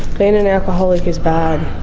being an alcoholic is bad.